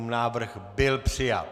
Návrh byl přijat.